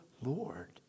Lord